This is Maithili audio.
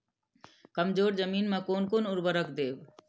कमजोर जमीन में कोन कोन उर्वरक देब?